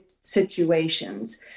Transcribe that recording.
situations